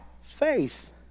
faith